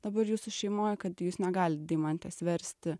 dabar jūsų šeimoj kad jūs negalit deimantės versti